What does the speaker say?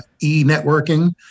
e-networking